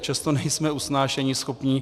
Často nejsme usnášeníschopní.